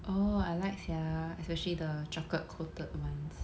oh I like sia especially the chocolate coated ones